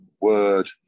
word